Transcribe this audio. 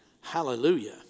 Hallelujah